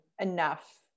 enough